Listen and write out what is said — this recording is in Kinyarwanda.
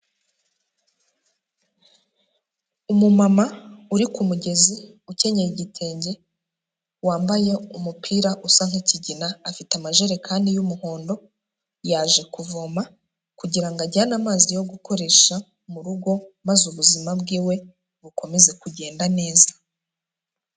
Umumama uri ku kumugezi ukenyeye igitenge, wambaye umupira usa nk'ikigina, afite amajerekani y'umuhondo yaje kuvoma, kugira ngo ajyane amazi yo gukoresha mu rugo, maze ubuzima bw'iwe bukomeze kugenda neza.